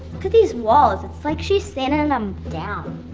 these walls. it's like she sanded and them down.